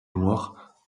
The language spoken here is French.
noirs